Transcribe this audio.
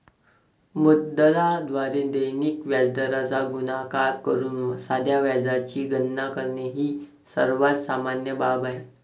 मुद्दलाद्वारे दैनिक व्याजदराचा गुणाकार करून साध्या व्याजाची गणना करणे ही सर्वात सामान्य बाब आहे